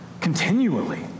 Continually